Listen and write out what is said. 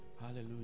Hallelujah